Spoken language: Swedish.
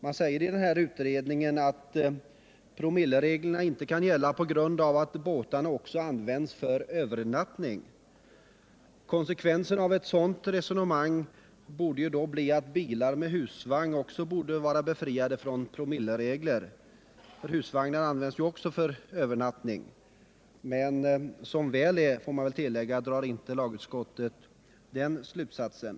Man säger I den här utredningen att promillereglerna inte kan gälla på grund av att båtarna också används för övernattning. Konsekvensen av ett sådant resonemang borde då bli att bilar med husvagn också skulle vara befriade från promilleregler, för husvagnar används ju också för övernattning. Men som väl är, får man väl tillägga, drar inte lagutskottet den slutsatsen.